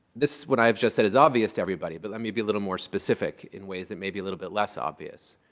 what i have just said is obvious to everybody. but let me be a little more specific in ways that may be a little bit less obvious.